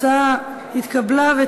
התשע"ד 2014,